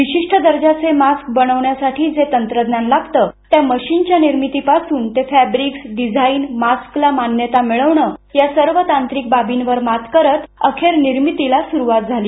विशिष्ट दर्जाचे मास्क बनवण्यासाठी जे तंत्रज्ञान लागतं त्या मशीनच्या निर्मितीपासून फॅब्रिक डिझाईन त्याला मान्यता मिळवणे या सर्व तांत्रिक बाबींवर मात करत अखेर निर्मितीला सुरुवात केली